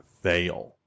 fail